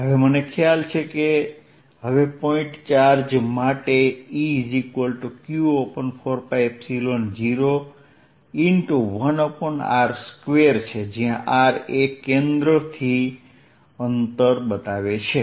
હવે મને ખ્યાલ છે કે હવે પોઇન્ટ ચાર્જ માટે Eq4π01r2છે જયાં r એ કેન્દ્રથી અંતર છે